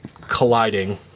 colliding